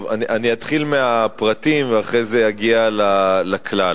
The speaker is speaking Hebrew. אתחיל מהפרטים, ואז אגיע לכלל.